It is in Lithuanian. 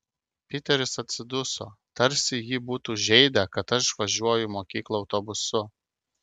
piteris atsiduso tarsi jį būtų žeidę kad aš važiuoju į mokyklą autobusu